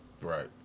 Right